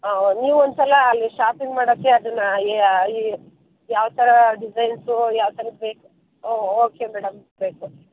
ಹಾಂ ನೀವು ಒಂದು ಸಲ ಅಲ್ಲಿ ಶಾಪಿಂಗ್ ಮಾಡೋಕ್ಕೆ ಅದನ್ನ ಏ ಅಯ್ ಯಾವ ಥರ ಡಿಸೈನ್ಸು ಯಾವ ಥರದ್ದು ಬೇಕು ಹ್ಞೂ ಓಕೆ ಮೇಡಮ್